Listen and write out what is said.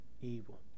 evil